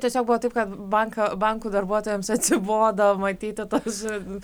tiesiog buvo taip kad banko bankų darbuotojams atsibodo matyti tuos